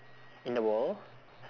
in a wall